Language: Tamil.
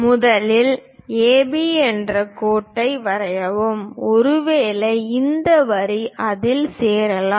முதலில் AB என்ற கோட்டை வரைவோம் ஒருவேளை இது வரி அதில் சேரலாம்